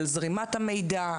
על זרימת המידע,